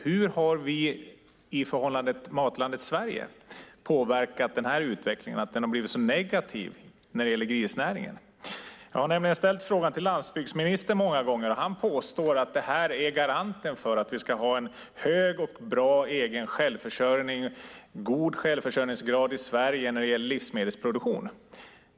Hur har vi i förhållande till Matlandet Sverige påverkat utvecklingen och att den har blivit så negativ när det gäller grisnäringen? Jag har ställt frågan till landsbygdsministern många gånger. Han påstår att detta är garanten för att vi ska ha en hög och god självförsörjningsgrad i Sverige när det gäller livsmedelsproduktion.